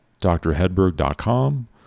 drhedberg.com